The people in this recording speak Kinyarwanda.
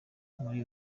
muri